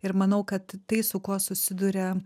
ir manau kad tai su kuo susiduria